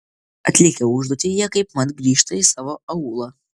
atlikę užduotį jie kaipmat grįžta į savo aūlą